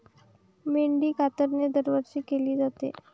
मेंढी कातरणे दरवर्षी केली जाते